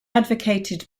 advocated